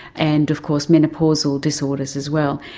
and of course menopausal disorders as well.